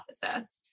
hypothesis